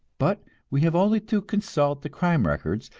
but we have only to consult the crime records,